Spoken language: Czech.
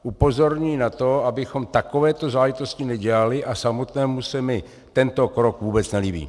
Upozorňuji na to, abychom takovéto záležitosti nedělali, a samotnému se mi tento krok vůbec nelíbí.